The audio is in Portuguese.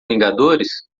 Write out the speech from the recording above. vingadores